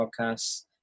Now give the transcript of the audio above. podcasts